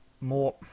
more